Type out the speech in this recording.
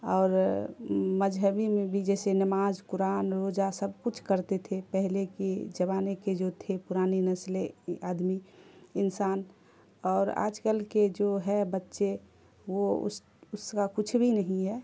اور مذہبی میں بھی جیسے نماز قرآن روزہ سب کچھ کرتے تھے پہلے کی زمانے کے جو تھے پرانی نسلیں آدمی انسان اور آج کل کے جو ہے بچے وہ اس اس کا کچھ بھی نہیں ہے